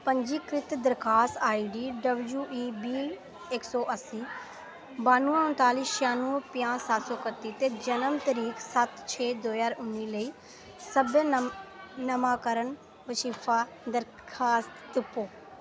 पंजीकृत दरखास्त ID W E B इक सौ अस्सी बानुऐ उंताली छेआनुऐ पंजाह् सत्त सौ कत्ती ते जनम तरीक सत्त छे दो ज्हार उन्नी लेई सब्भै नमांकरण बजीफा दरखास्त तुप्पो